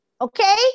Okay